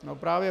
No právě.